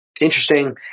interesting